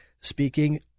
speaking